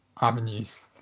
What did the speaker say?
avenues